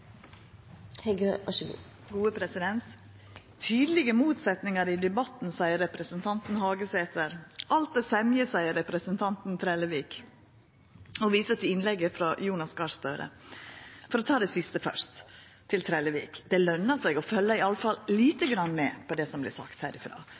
semje, seier representanten Trellevik og viser til innlegget frå Jonas Gahr Støre. For å ta det siste først, til Trellevik: Det løner seg å følgja i